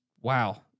wow